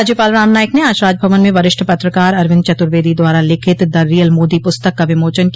राज्यपाल राम नाईक ने आज राजभवन में वरिष्ठ पत्रकार अरविन्द चतर्वेदी द्वारा लिखित द रियल मोदी प्रस्तक का विमोचन किया